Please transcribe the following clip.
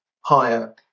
higher